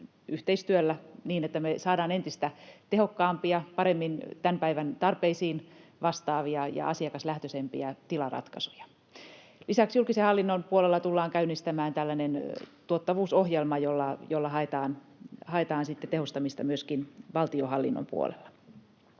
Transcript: yhteistyöllä niin että me saadaan entistä tehokkaampia, paremmin tämän päivän tarpeisiin vastaavia ja asiakaslähtöisempiä tilaratkaisuja. Lisäksi julkisen hallinnon puolella tullaan käynnistämään tällainen tuottavuusohjelma, jolla haetaan tehostamista myöskin valtionhallinnon puolella.